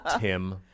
Tim